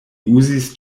uzis